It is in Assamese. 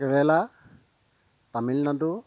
কেৰেলা তামিলনাডু